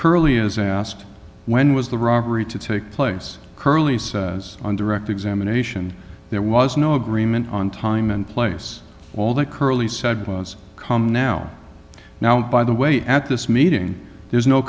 curley is asked when was the robbery to take place curly says on direct examination there was no agreement on time and place all that curley said was come now now by the way at this meeting there's no